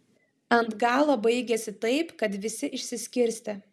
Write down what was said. ant galo baigėsi taip kad visi išsiskirstė